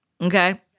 Okay